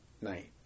night